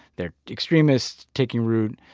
there are extremists taking root.